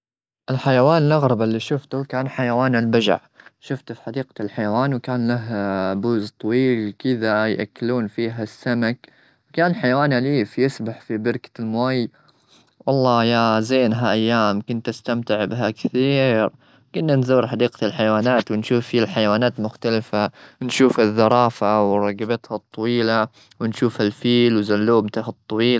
الحيوان الأغرب اللي شفته كان حيوان البجع. شفته في حديقة الحيوان وكان له بوز طويل كذا يأكلون فيها السمك. كان حيوان أليف يسبح في بركة الماي. والله يا زينها، أيام كنت أستمتع بها كثير. كنا نزور حديقة الحيوانات ونشوف فيه الحيوانات مختلفة. نشوف الزرافة ورقبتها الطويلة، ونشوف الفيل وزلومته الطويلة.